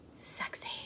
sexy